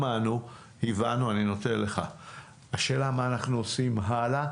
שמענו, הבנו, השאלה מה אנחנו עושים הלאה?